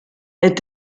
est